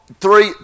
three